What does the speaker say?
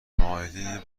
مائده